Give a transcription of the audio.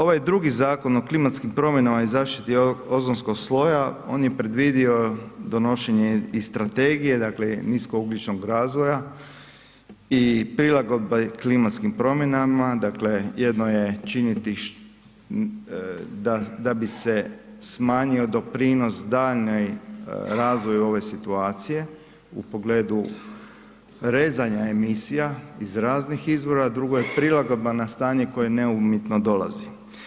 Ovaj drugi Zakon o klimatskim promjenama i zaštiti ozonskog sloja on je predvidio i donošenje strategije, dakle nisko ugljičnog razvoja i prilagodba klimatskim promjenama, dakle jedno je činiti da bi se smanjio doprinos daljnjem razvoju ove situacije u pogledu rezanja emisija iz raznih izvora, drugo je prilagodba na stanje koje ne umjetno dolazi.